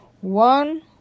one